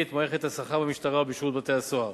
את מערכת השכר במשטרה ובשירות בתי-הסוהר.